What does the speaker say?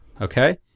okay